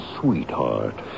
sweetheart